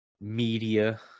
media